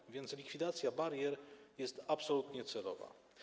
Tak więc likwidacja barier jest absolutnie celowa.